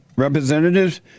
Representatives